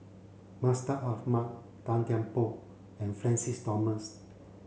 Mustaq Ahmad Tan Kian Por and Francis Thomas